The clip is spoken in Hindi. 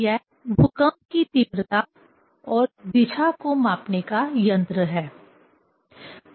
यह भूकंप की तीव्रता और दिशा को मापने का यंत्र है